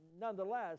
nonetheless